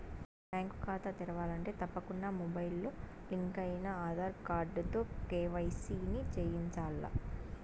bank కాతా తెరవాలంటే తప్పకుండా మొబయిల్తో లింకయిన ఆదార్ కార్డుతో కేవైసీని చేయించాల్ల